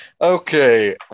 Okay